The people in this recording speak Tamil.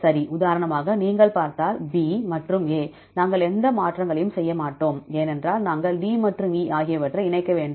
சரி உதாரணமாக நீங்கள் பார்த்தால் B மற்றும் A நாங்கள் எந்த மாற்றங்களையும் செய்ய மாட்டோம் ஏனென்றால் நாங்கள் D மற்றும் E ஆகியவற்றை இணைக்க வேண்டும்